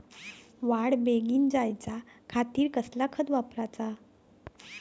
वाढ बेगीन जायच्या खातीर कसला खत वापराचा?